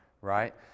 right